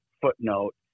footnote